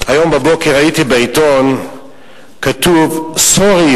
היום בבוקר ראיתי בעיתון כתוב: Sorry,